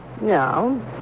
No